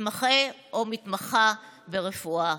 מתמחֶה או מתמחָה ברפואה.